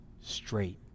straight